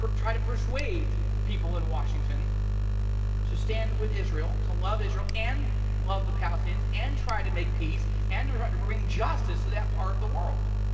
but try to persuade people in washington to stand with israel, to love israel and love the palestinians and try to make peace and to bring justice to that part of the world.